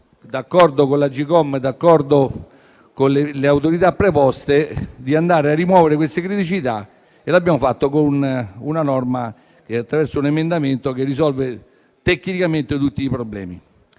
d'accordo con l'Agcom e d'accordo con le autorità preposte, di andare a rimuovere queste criticità. Lo abbiamo fatto con una norma che, attraverso un emendamento, risolve tecnicamente tutti i problemi.